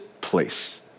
place